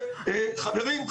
חברים,